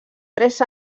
tres